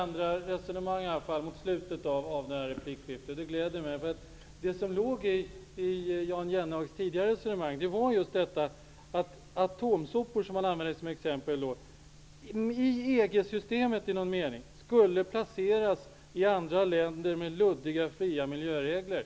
Herr talman! Nu mot slutet av detta replikskifte blir det tydligen litet andra resonemang, vilket glädjer mig. I Jan Jennehags tidigare resonemang användes atomsopor som exempel. I resonemanget låg att dessa enligt någon tillämpning av EG:systemet skulle placeras i andra länder med luddiga, fria miljöregler.